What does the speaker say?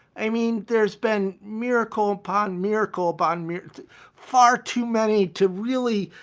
i mean, there's been miracle upon miracle upon miracle far too many to really,